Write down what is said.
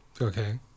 Okay